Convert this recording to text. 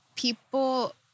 People